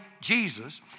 Jesus